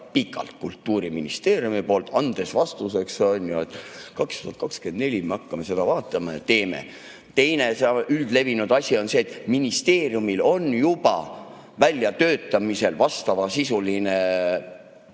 pikalt Kultuuriministeeriumi poolt, andes vastuseks, on ju, et 2024 me hakkame seda vaatama ja teeme [siis]. Teine üldlevinud [vastus] on see, et ministeeriumil on juba väljatöötamisel vastavasisuline eelnõu.